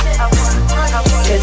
Cause